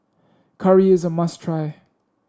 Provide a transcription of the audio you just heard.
curry is a must try